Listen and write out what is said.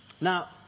Now